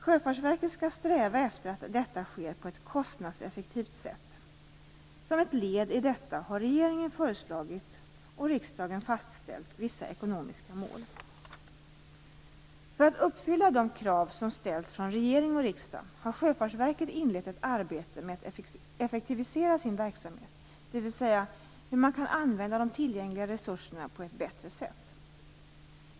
Sjöfartsverket skall sträva efter att detta sker på ett kostnadseffektivt sätt. Som ett led i detta har regeringen föreslagit och riksdagen fastställt vissa ekonomiska mål. För att uppfylla de krav som ställts från regering och riksdag har Sjöfartsverket inlett ett arbete med att effektivisera sin verksamhet, dvs. för att använda de tillgängliga resurserna på ett bättre sätt.